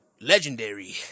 legendary